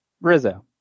Rizzo